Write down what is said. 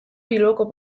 bilboko